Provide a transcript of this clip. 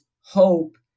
hope